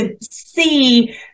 see